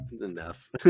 Enough